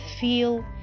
feel